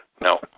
No